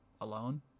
alone